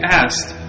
asked